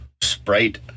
sprite